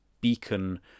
beacon